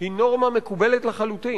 היא נורמה מקובלת לחלוטין.